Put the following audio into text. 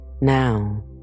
now